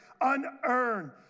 unearned